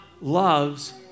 loves